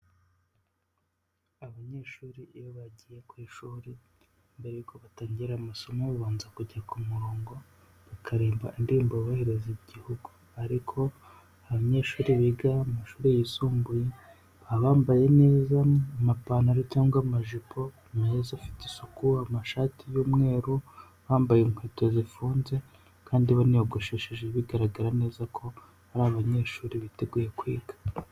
Abanyeshuri iyo bagiye ku ishuri mbere y'uko batangira amasomo babanza kujya ku murongo bakaririmba indirimbo yubahiriza igihugu ariko abanyeshuri biga amashuri yisumbuye baba bambaye neza amapantaro cyangwa amajipo meza afite isuku amashati y'umweru bambaye inkweto zifunze kandi baniyogoshesheje bigaragara neza ko ari abanyeshuri biteguye kwiga.